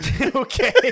Okay